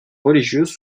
religieuse